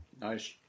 Nice